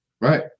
Right